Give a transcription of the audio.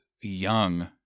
young